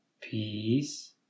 peace